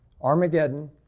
Armageddon